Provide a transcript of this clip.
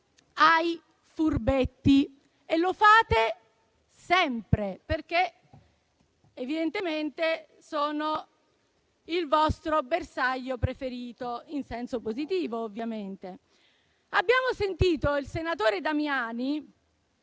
ai furbetti, e lo fate sempre perché evidentemente sono il vostro bersaglio preferito, in senso positivo ovviamente. Abbiamo sentito il senatore Damiani